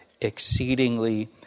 exceedingly